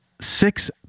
six